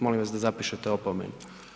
Molim vas da zapišete opomenu.